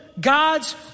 God's